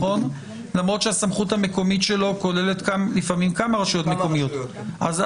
למרות שהסמכות המקומית שלו כוללת לפעמים כמה רשויות מקומיות.